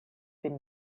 been